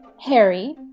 Harry